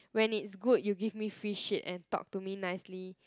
when it's good you give me free shit and talk to me nicely